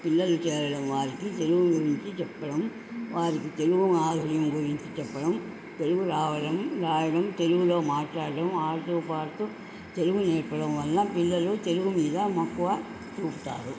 పిల్లలు చేరడం వారికి తెలుగు గురించి చెప్పడం వారికి తెలుగు ఆధర్యం గురించి చెప్పడం తెలుగు రావడం రాయడం తెలుగులో మాట్లాడడం ఆడుతూ పాడుతూ తెలుగు నేర్పడం వల్ల పిల్లలు తెలుగు మీద మక్కువ చూపుతారు